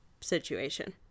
situation